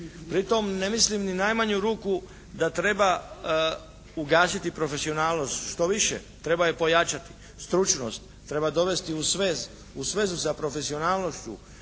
Pri tome ne mislim ni u najmanju ruku da treba ugasiti profesionalnost. Štoviše, treba je pojačati. Stručnost, treba je dovesti u svezu sa profesionalnošću.